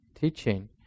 teaching